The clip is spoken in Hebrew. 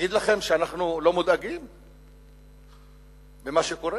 להגיד לכם שאנחנו לא מודאגים ממה שקורה?